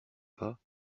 pas